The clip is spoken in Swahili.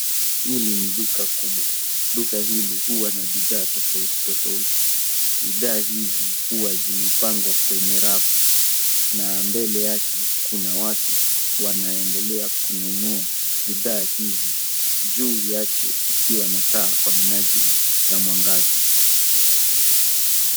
Hili ni duka kubwa, duka hili huwa na bidhaa tofauti, tofauti. Bidhaa hizi huwa zimepangwa kwenye rafu na mbele yake kuna watu wanaendelea kununua bidhaa hizi, juu yake kukiwa na taa kwa minajili ya mwangaza.